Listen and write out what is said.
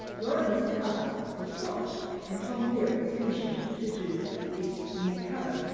lorimer's cover was dropped and tom ferry was commissioned to do this new cover,